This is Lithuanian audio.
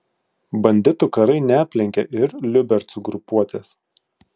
banditų karai neaplenkė ir liubercų grupuotės